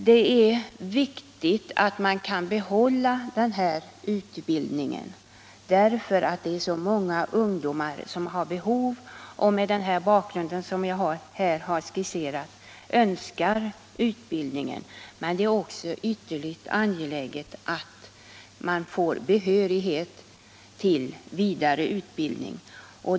Det är viktigt att man kan behålla den här utbildningen därför att det är så många ungdomar som har behov av den och som mot den bakgrund som jag här har skisserat önskar utbildningen. Det är också ytterligt angeläget att ungdomarna genom dessa kurser får behörighet till vidare utbildning.